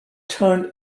turned